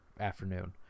afternoon